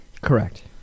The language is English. Correct